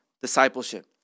discipleship